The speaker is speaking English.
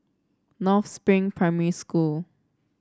North Spring Primary School